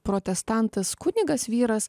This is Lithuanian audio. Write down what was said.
protestantas kunigas vyras